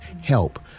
help